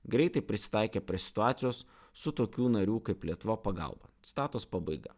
greitai prisitaikė prie situacijos su tokių narių kaip lietuva pagalba citatos pabaiga